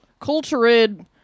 cultured